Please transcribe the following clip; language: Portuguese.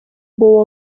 boa